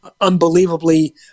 unbelievably